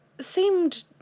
seemed